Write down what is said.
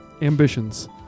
ambitions